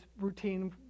routine